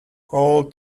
whole